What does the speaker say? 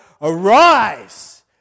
arise